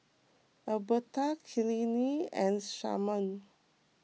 Alberta Kylene and Sharman